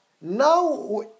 now